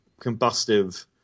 combustive